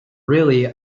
really